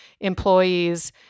employees